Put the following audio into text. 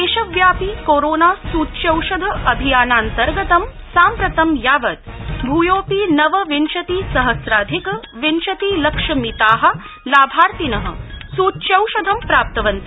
देशव्यापि corona सूच्यौषधाभियानान्तर्गतं साम्प्रंत यावत् भूयोपि नवविंशति सहस्राधिक विंशति लक्षमिता लाभार्थिन सूच्यौषधं प्राप्तवन्त